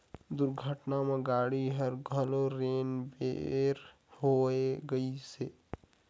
दुरघटना म गाड़ी हर घलो रेन बेर होए गइसे